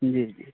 جی جی